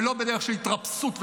ולא בדרך של התרפסות וכניעה.